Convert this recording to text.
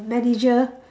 manager